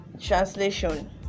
translation